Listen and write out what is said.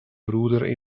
bruder